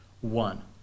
One